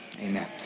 amen